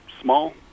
small